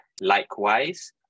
likewise